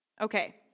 Okay